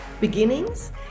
beginnings